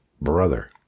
brother